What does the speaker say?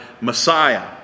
Messiah